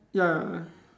ya